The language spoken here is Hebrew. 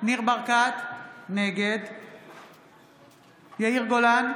ניר ברקת, נגד יאיר גולן,